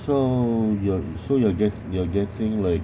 so you're so you're get~ you're getting like